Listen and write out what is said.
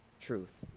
truth.